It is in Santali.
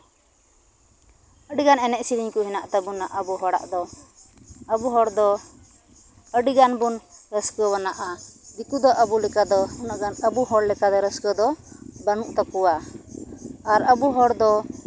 ᱟᱹᱰᱤ ᱜᱟᱱ ᱮᱱᱮᱡ ᱥᱮᱨᱮ ᱠᱚ ᱦᱮᱱᱟᱜ ᱛᱟᱵᱚᱱᱟ ᱟᱵᱚ ᱦᱚᱲᱟᱜ ᱫᱚ ᱟᱵᱚ ᱦᱚᱲ ᱫᱚ ᱟᱹᱰᱤ ᱜᱟᱱ ᱵᱚᱱ ᱨᱟᱹᱥᱠᱟᱣᱟᱱᱟᱜᱼᱟ ᱫᱤᱠᱩ ᱫᱚ ᱟᱵᱚ ᱞᱮᱠᱟ ᱫᱚ ᱟᱵᱚ ᱦᱚᱲ ᱞᱮᱠᱟ ᱫᱚ ᱨᱟᱹᱥᱠᱟᱹ ᱫᱚ ᱵᱟᱹᱱᱩᱜ ᱛᱟᱠᱚᱣᱟ ᱟᱨ ᱟᱵᱚ ᱦᱚᱲ ᱫᱚ